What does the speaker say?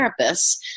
therapists